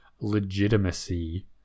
legitimacy